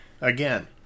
Again